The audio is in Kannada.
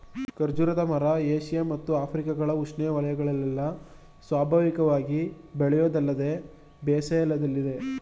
ಖರ್ಜೂರದ ಮರ ಏಷ್ಯ ಮತ್ತು ಆಫ್ರಿಕಗಳ ಉಷ್ಣವಯಗಳಲ್ಲೆಲ್ಲ ಸ್ವಾಭಾವಿಕವಾಗಿ ಬೆಳೆಯೋದಲ್ಲದೆ ಬೇಸಾಯದಲ್ಲಿದೆ